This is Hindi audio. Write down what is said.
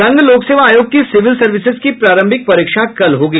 संघ लोक सेवा आयोग की सिविल सर्विसेज की प्रारंभिक परीक्षा कल होगी